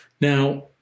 Now